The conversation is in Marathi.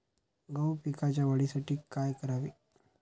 गहू पिकाच्या वाढीसाठी काय करावे?